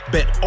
Bet